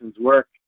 work